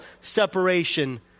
separation